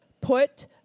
Put